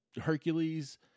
Hercules